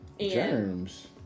Germs